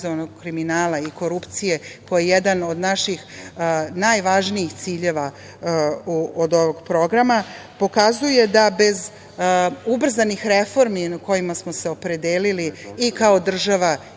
organizovanog kriminala i korupcije, koji je jedan od naših najvažnijih ciljeva od ovog programa, pokazuje da bez ubrzanih reformi kojima smo se opredelili i kao država